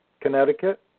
Connecticut